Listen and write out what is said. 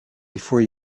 before